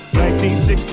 1960